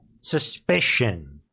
suspicion